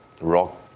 rock